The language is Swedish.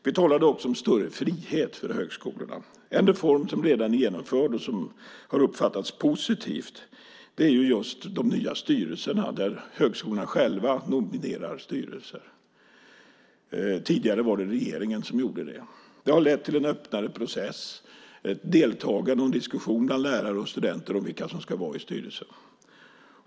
Vi talade också om större frihet för högskolorna. En reform som redan är genomförd och som har uppfattats positivt är just de nya styrelserna där högskolorna själva nominerar styrelser. Tidigare var det regeringen som gjorde det. Det har lett till en öppnare process, ett deltagande och en diskussion bland lärare och studenter om vilka som ska vara med i styrelsen.